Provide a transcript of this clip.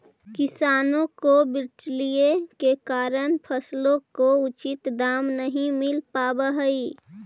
किसानों को बिचौलियों के कारण फसलों के उचित दाम नहीं मिल पावअ हई